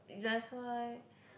that's why